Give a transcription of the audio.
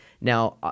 Now